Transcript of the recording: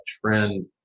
trend